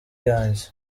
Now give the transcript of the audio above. yanjye